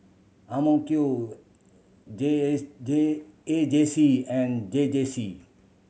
J S J A J C and J J C